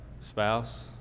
spouse